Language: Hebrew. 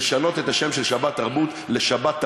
המלצתי לשנות את השם של "שבתרבות" ל"שבתרביטן",